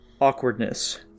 awkwardness